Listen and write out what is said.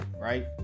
right